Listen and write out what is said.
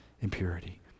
impurity